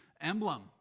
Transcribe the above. emblem